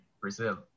Brazil